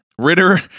Ritter